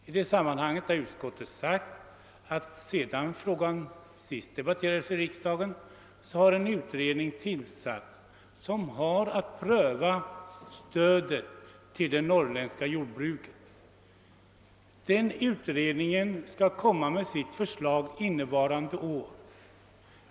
I detta sammanhang har utskottet sagt att sedan denna fråga senast debatterades i riksdagen har en utredning tillsatts med uppgift att pröva stödet till det norrländska jordbruket. Denna utredning skall framlägga sitt förslag innevarande år.